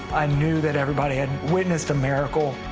i knew that everybody had witnessed a miracle.